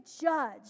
judge